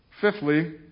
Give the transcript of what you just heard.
Fifthly